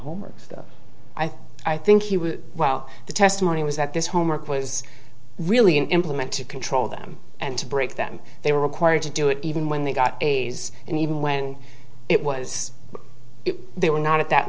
homework i think i think he was well the testimony was that this homework was really an implement to control them and to break them they were required to do it even when they got a's and even when it was they were not at that